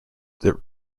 that